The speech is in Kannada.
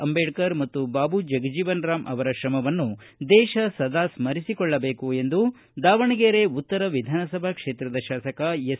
ಅಂದೇಡ್ಕರ್ ಮತ್ತು ಬಾಬು ಜಗಜೀವಸರಾಂ ಅವರ ತ್ರಮವನ್ನು ದೇಶ ಸದಾ ಸ್ಮರಿಸಿಕೊಳ್ಳಬೇಕು ಎಂದು ದಾವಣಗೆರೆ ಉತ್ತರ ವಿಧಾನಸಭಾ ಕ್ಷೇತ್ರದ ಶಾಸಕ ಎಸ್